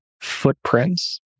footprints